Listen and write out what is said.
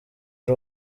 ari